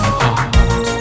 heart